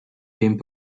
dem